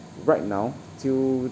right now till